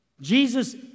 Jesus